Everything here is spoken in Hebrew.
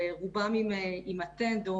ורובם עם אטנד,